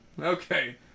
Okay